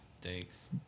thanks